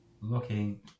looking